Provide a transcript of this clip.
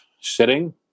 sitting